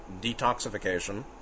detoxification